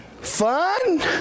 Fun